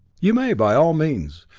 you may, by all means.